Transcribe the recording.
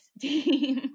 team